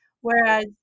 Whereas